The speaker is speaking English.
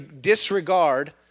disregard